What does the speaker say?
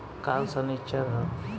काल्ह सनीचर ह